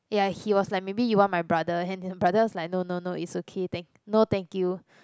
ya he was like maybe you want my brother and then the brother was like no no no it's okay tha~ no thank you